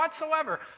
whatsoever